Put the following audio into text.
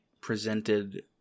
presented